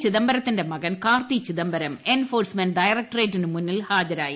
ചിദംബരത്തിന്റെ മകൻ കാർത്തി ചിദംബരം എൻഫോഴ്സ്മെന്റ് ഡ്രയറക്ട്രേറ്റിനു മുന്നിൽ ഹാജരായി